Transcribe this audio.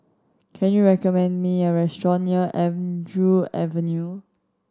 can you recommend me a restaurant near Andrew Avenue